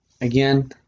again